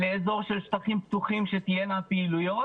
לאזור של שטחים פתוחים שתהיינה פעילויות